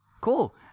Cool